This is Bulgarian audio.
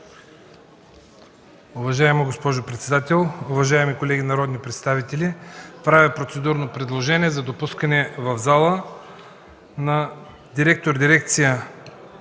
Уважаема госпожо председател, уважаеми колеги народни представители! Правя процедурно предложение за допускане в залата на госпожа